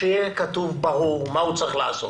שיהיה כתוב ברור מה הוא צריך לעשות.